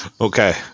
Okay